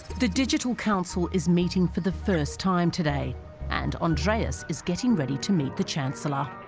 the digital council is meeting for the first time today and andreas is getting ready to meet the chancellor